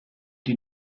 die